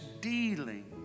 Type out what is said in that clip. dealing